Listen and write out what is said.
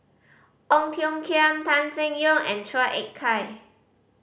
Ong Tiong Khiam Tan Seng Yong and Chua Ek Kay